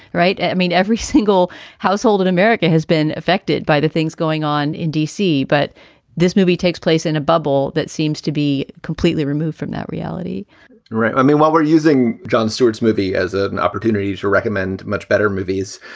right. i mean, every single household in america has been affected by the things going on in d c, but this movie takes place in a bubble that seems to be completely removed from that reality right. i mean, what we're using jon stewart's movie as an opportunity to recommend much better movies,